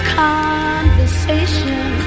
conversation